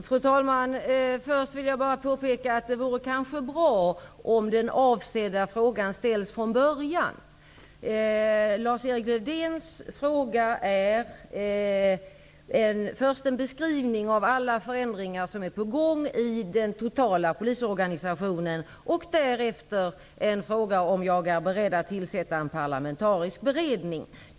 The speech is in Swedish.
Fru talman! Först vill jag bara påpeka att det kanske vore bra om den avsedda frågan ställdes från början. Lars-Erik Lövdéns fråga är först en beskrivning av alla förändringar som är på gång i den totala polisorganisationen och därefter en fråga om jag är beredd att tillsätta en parlamentarisk beredning.